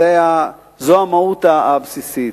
זו המהות הבסיסית.